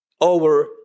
over